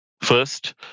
first